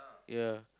ya